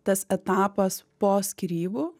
tas etapas po skyrybų